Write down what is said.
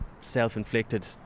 self-inflicted